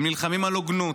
הם נלחמים על הוגנות.